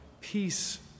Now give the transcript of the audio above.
peace